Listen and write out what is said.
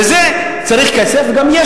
לזה צריך כסף, וגם יש